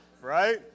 right